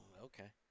Okay